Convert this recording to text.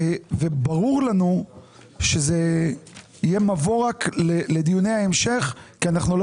ברור לנו שזה יהיה מבוא לדיוני ההמשך כי אנחנו לא